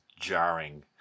jarring